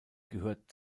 gehört